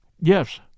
Yes